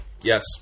Yes